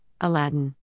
Aladdin